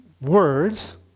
words